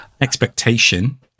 expectation